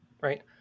right